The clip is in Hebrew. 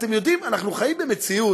אתם יודעים, אנחנו חיים במציאות,